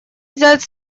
взять